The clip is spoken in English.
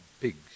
pigs